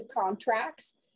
contracts